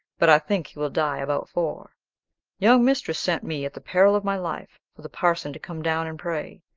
but i think he will die about four young mistress sent me, at the peril of my life, for the parson to come down and pray,